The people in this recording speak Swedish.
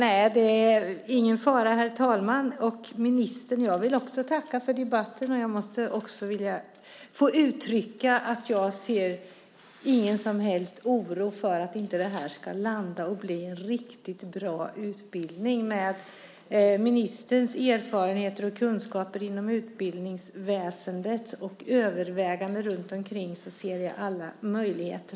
Herr talman! Jag vill också tacka för debatten, ministern. Jag vill dessutom uttrycka att jag inte har någon som helst oro för att det här inte ska landa och bli en riktigt bra utbildning. Med ministerns erfarenheter och kunskaper inom utbildningsväsendet ser jag alla möjligheter.